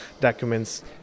documents